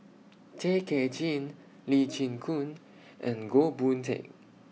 Tay Kay Chin Lee Chin Koon and Goh Boon Teck